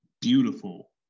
beautiful